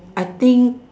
I think